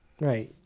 right